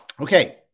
okay